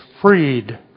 freed